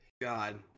god